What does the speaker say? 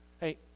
Hey